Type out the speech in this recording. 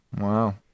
Wow